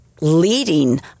leading